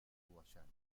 guayana